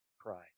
cry